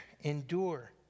endure